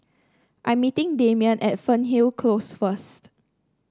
I'm meeting Damion at Fernhill Close first